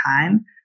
time